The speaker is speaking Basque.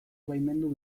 baimendu